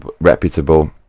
reputable